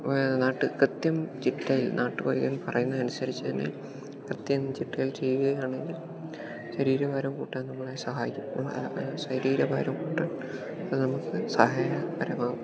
നാട്ട് കൃത്യം ചിട്ടയിൽ നാട്ടു വൈദ്യൻ പറയുന്നത് അനുസരിച്ച് തന്നെ കൃത്യം ചിട്ടയിൽ ചെയ്യുക ആണെങ്കിൽ ശരീരഭാരം കൂട്ടാൻ നമ്മളെ സഹായിക്കും ശരീരഭാരം കൂട്ടാൻ അത് നമുക്ക് സഹായപരമാകും